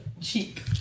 cheek